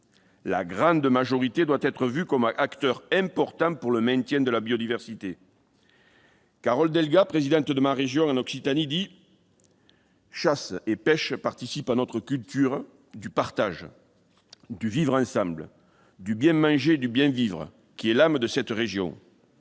La grande majorité doit être vue comme un acteur important du maintien de la biodiversité. Carole Delga, présidente de la région Occitanie, dont je suis élu, déclare :« Chasse et pêche participent à notre culture du partage, du vivre ensemble, du bien manger et du bien vivre qui est l'âme de cette région.